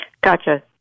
Gotcha